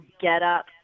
get-up